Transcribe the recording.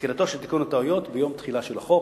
תחילת תיקון הטעויות ביום תחילתו של החוק.